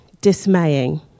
dismaying